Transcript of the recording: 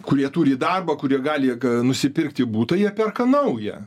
kurie turi darbą kurie gali nusipirkti butą jie perka naują